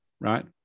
right